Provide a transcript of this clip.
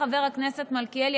חבר הכנסת מלכיאלי,